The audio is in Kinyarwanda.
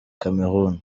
cameroun